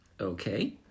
okay